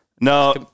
No